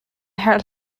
herh